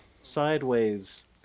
sideways